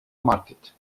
market